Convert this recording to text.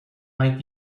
might